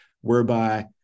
whereby